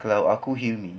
kalau aku hilmi